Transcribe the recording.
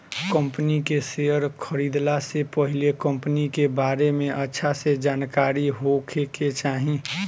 company के share खरीदला से पहिले कंपनी के बारे में अच्छा से जानकारी होखे के चाही